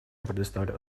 предоставляю